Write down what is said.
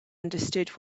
understood